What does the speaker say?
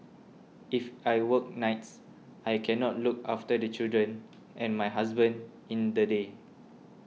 if I work nights I cannot look after the children and my husband in the day